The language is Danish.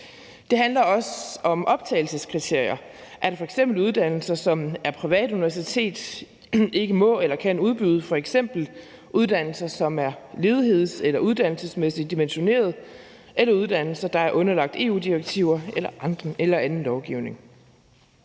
Det handler også om optagelseskriterier. Er der f.eks. uddannelser, som private universiteter ikke må eller kan udbyde, f.eks. uddannelser, som er ledigheds- eller uddannelsesmæssigt dimensionerede, eller uddannelser, der er underlagt EU-direktiver eller anden lovgivning?